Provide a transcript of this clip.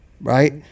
right